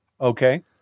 Okay